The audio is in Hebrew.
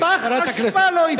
פח אשפה לא הפילו,